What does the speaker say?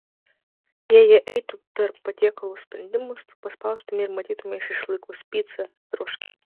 jei jie eitų per patiekalų sprendimus tu paspaustumei ir matytumei šašlykus picą troškinį